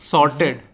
Sorted